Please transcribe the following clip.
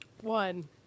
one